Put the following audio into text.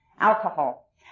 Alcohol